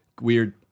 weird